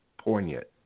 poignant